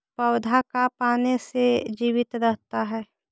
पौधा का पाने से जीवित रहता है?